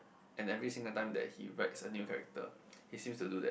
and every single time that he writes a new character he's use to do that